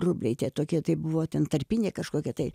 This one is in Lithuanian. rubliai tie tokie tai buvo ten tarpinė kažkokia tai